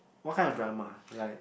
what kind of drama like